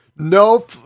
no